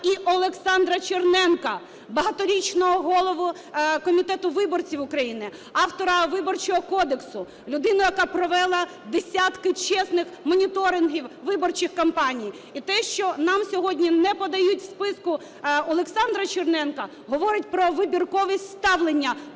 і Олександра Черненка, багаторічного голову комітету виборців України, автора Виборчого кодексу, людину, яка провела десятки чесних моніторингів виборчих кампаній. І те, що нам сьогодні не подають у списку Олександра Черненка, говорить про вибірковість ставлення до тих